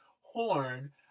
horn